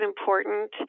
important